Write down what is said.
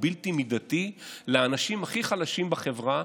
בלתי מידתי לאנשים הכי חלשים בחברה,